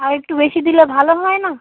আর একটু বেশি দিলে ভালো হয় না